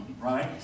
Right